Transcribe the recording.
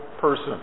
person